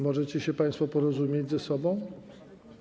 Możecie się państwo porozumieć ze sobą?